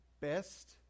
best